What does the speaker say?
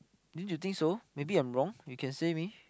don't you think so maybe I'm wrong you can say me